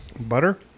butter